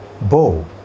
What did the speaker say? bow